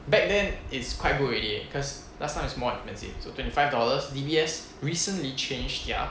back then it's quite good already cause last time is more expensive so twenty five dollars D_B_S recently changed their